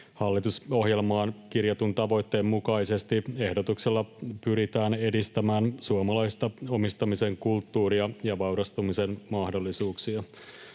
Hallitusohjelmaan kirjatun tavoitteen mukaisesti ehdotuksella pyritään edistämään suomalaista omistamisen kulttuuria ja vaurastumisen mahdollisuuksia.